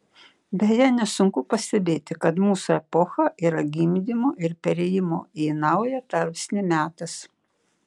beje nesunku pastebėti kad mūsų epocha yra gimdymo ir perėjimo į naują tarpsnį metas